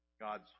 God's